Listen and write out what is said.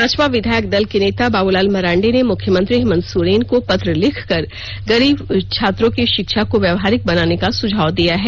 भाजपा विधायक दल के नेता बाबूलाल मरांडी ने मुख्यमंत्री हेमंत सोरेन को पत्र लिखकर गरीब छात्रों की शिक्षा को व्यवहारिक बनाने का सुझाव दिया है